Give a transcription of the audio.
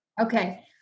Okay